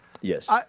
Yes